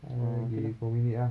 ah okay lah